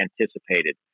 anticipated